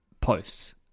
posts